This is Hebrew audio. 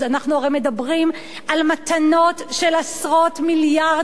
הרי מדברים על מתנות של עשרות מיליארדים,